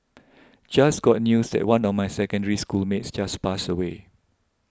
just got news that one of my Secondary School mates just passed away